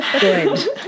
good